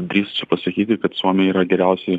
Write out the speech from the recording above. drįsčiau pasakyti kad suomija yra geriausi